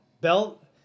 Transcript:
belt